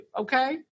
okay